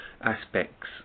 aspects